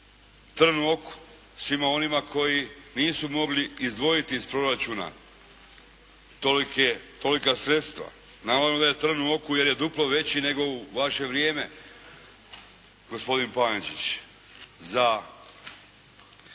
trn u oku svima onima koji nisu mogli izdvojiti iz proračuna tolika sredstva, naravno da je trn u oku jer je duplo veći nego u vaše vrijeme, gospodin Pančić. Za